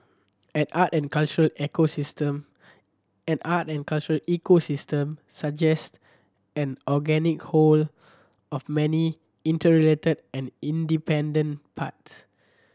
an art and cultural an art and cultural ecosystem suggest an organic whole of many interrelated and interdependent parts